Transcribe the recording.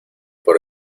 por